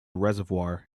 reservoir